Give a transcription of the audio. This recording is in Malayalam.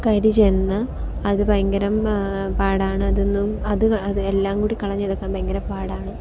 കരി ചെന്ന് അത് ഭയങ്കരം പാടാണ് അതൊന്നും അത് അത് എല്ലാം കൂടി കളഞ്ഞെടുക്കാന് ഭയങ്കര പാടാണ്